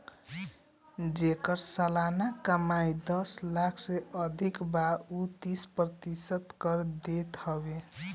जेकर सलाना कमाई दस लाख से अधिका बा उ तीस प्रतिशत कर देत हवे